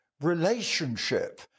relationship